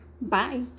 bye